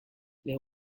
les